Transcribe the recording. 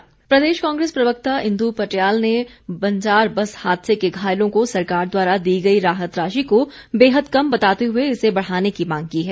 इंदु पटियाल प्रदेश कांग्रेस प्रवक्ता इंदु पटियाल ने बंजार बस हादसे के घायलों को सरकार द्वारा दी गई राहत राशि को बेहद कम बताते हुए इसे बढ़ाने की मांग की है